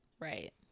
Right